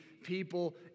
people